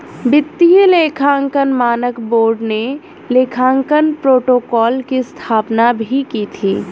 वित्तीय लेखांकन मानक बोर्ड ने लेखांकन प्रोटोकॉल की स्थापना भी की थी